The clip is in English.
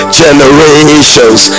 generations